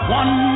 one